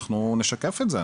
אנחנו נשקף את זה,